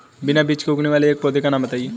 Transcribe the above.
बिना बीज के उगने वाले एक पौधे का नाम बताइए